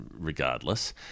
regardless